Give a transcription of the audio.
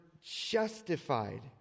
justified